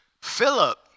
Philip